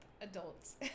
adults